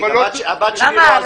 תפסיק, הבת שלי לא הזויה.